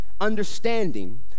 understanding